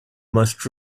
most